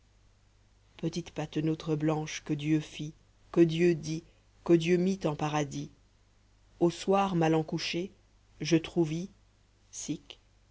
petite patenôtre blanche que dieu fit que dieu dit que dieu mit en paradis au soir m'allant coucher je trouvis